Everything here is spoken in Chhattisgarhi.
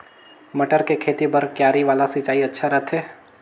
मटर के खेती बर क्यारी वाला सिंचाई अच्छा रथे?